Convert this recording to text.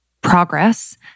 progress